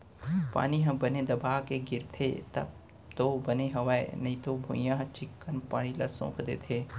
पानी ह बने दबा के गिरथे तब तो बने हवय नइते भुइयॉं ह चिक्कन पानी ल सोख देथे